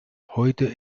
heute